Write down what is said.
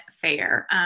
fair